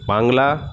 Bangla